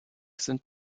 sind